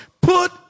put